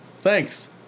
Thanks